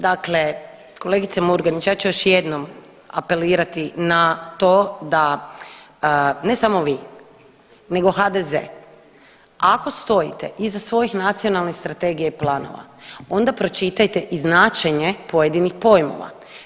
Dakle, kolegice Murganić ja ću još jednom apelirati na to da ne samo vi, nego HDZ ako stojite iza svojih nacionalnih strategija i planova onda pročitajte i značenje pojedinih pojmova.